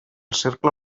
cercle